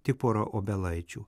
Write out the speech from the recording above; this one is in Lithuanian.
tik pora obelaičių